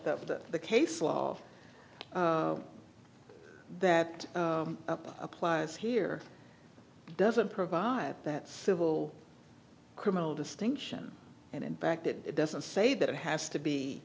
the case law that applies here doesn't provide that civil criminal distinction and in fact it doesn't say that it has to be